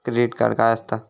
Credit card काय असता?